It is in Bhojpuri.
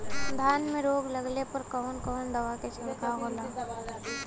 धान में रोग लगले पर कवन कवन दवा के छिड़काव होला?